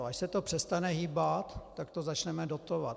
Až se to přestane hýbat, tak to začneme dotovat.